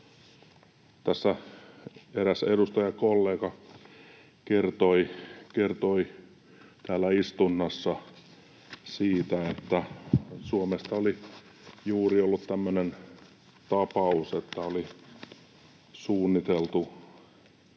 Tässä eräs edustajakollega kertoi täällä istunnossa, että Suomesta oli juuri ollut tämmöinen tapaus, että oli suunniteltu